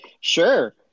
Sure